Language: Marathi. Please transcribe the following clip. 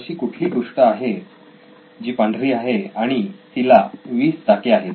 अशी कुठली गोष्ट आहे जी पांढरी आहे आणि तिला 20 चाके आहेत